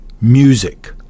music